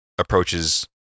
Approaches